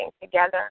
together